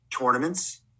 tournaments